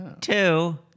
two